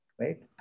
right